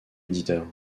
éditeur